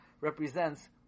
represents